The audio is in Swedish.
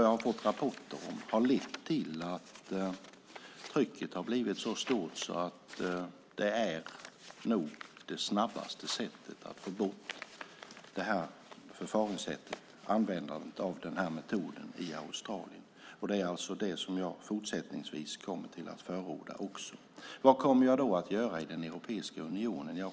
Jag har fått rapporter om att det har lett till att trycket har blivit så stort att det nog är det snabbaste sättet att få bort användandet av den här metoden i Australien. Det är alltså det som jag fortsättningsvis kommer att förorda. Vad kommer jag då att göra i Europeiska unionen?